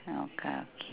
no car okay